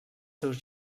seus